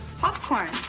popcorn